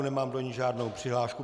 Nemám do ní žádnou přihlášku.